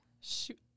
Shoot